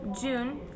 June